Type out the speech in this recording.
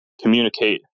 communicate